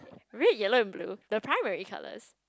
red yellow and blue the primary colours